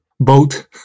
Boat